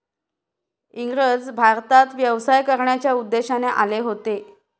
इंग्रज भारतात व्यवसाय करण्याच्या उद्देशाने आले होते